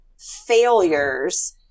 failures